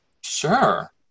Sure